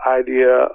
idea